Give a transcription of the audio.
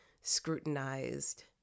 scrutinized